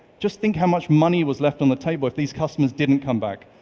just think how much money was left on the table if these customers didn't come back,